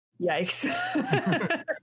Yikes